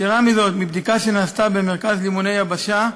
יתרה מזאת, מבדיקה שנעשתה במרכז לאימוני יבשה,